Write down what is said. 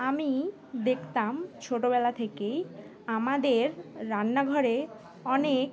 আমি দেখতাম ছোটোবেলা থেকেই আমাদের রান্নাঘরে অনেক